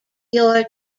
your